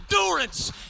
endurance